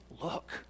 Look